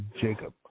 Jacob